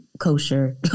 kosher